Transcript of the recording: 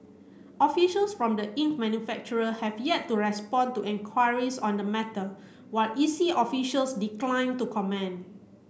officials from the ink manufacturer have yet to respond to enquiries on the matter while E C officials declined to comment